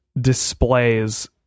displays